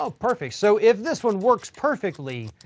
ah perfect. so if this one works perfectly,